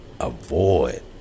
Avoid